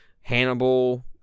Hannibal